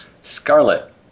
Scarlet